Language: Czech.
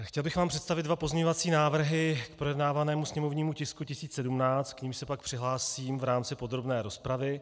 Chtěl bych vám představit dva pozměňovací návrhy k projednávanému sněmovnímu tisku 1017, k nimž se pak přihlásím v rámci podrobné rozpravy.